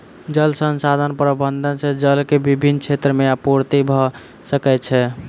जल संसाधन प्रबंधन से जल के विभिन क्षेत्र में आपूर्ति भअ सकै छै